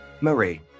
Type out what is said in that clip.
Marie